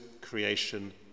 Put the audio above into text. creation